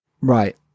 right